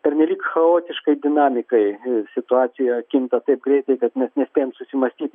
pernelyg chaotiškai dinamikai situacija kinta taip greitai kad mes nespėjam susimąstyti